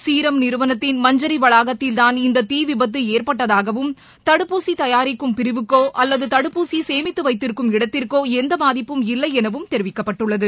serum நிறுவனத்தின் மஞ்சரி வளாகத்தில் தான் இந்த தீ விபத்து ஏற்பட்டதாகவும் தடுப்பூசி தயாரிக்கும் பிரிவுக்கோ அல்லது தடுப்பூசி சேமித்து வைத்திருக்கும் இடத்திற்கோ எந்த பாதிப்பும் இல்லை எனவும் தெரிவிக்கப்பட்டுள்ளது